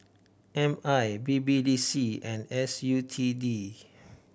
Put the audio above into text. M I B B D C and S U T D